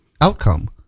outcome